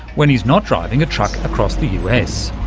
when he's not driving a truck across the us.